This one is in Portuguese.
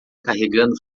carregando